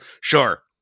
Sure